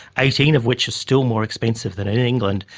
eighteen of which are still more expensive than in england,